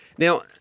Now